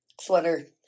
sweater